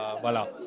Voilà